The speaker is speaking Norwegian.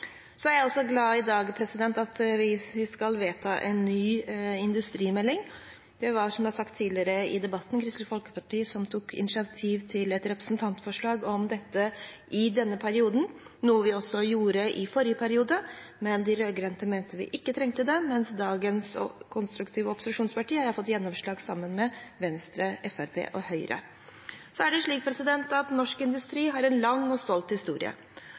Så er jeg glad for at vi i dag skal vedta en ny industrimelding. Det var, som det er sagt tidligere i debatten, Kristelig Folkeparti som tok initiativ til et representantforslag om dette i denne perioden – noe vi også gjorde i forrige periode. Da mente de rød-grønne at vi ikke trengte det, men dagens konstruktive opposisjonsparti har fått gjennomslag sammen med Venstre, Fremskrittspartiet og Høyre. Norsk industri har en lang og stolt historie.